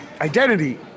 identity